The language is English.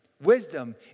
Wisdom